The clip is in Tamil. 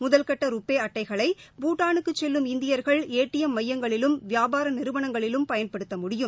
முதல்கட்ட ரூபே அட்டைகளை பூட்டானுக்கு செல்லும் இந்தியா்கள் ஏ டி எம் மையங்களிலும் வியாபார நிறுவனங்களிலும் பயன்படுத்த முடியும்